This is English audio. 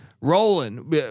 rolling